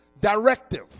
directive